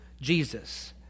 Jesus